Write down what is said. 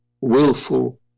willful